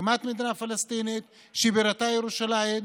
הקמת מדינה פלסטינית שבירתה ירושלים,